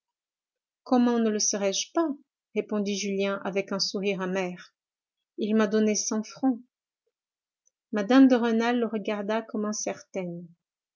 comment ne le serais-je pas répondit julien avec un sourire amer il m'a donné cent francs mme de rênal le regarda comme incertaine